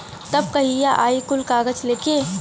तब कहिया आई कुल कागज़ लेके?